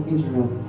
Israel